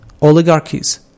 oligarchies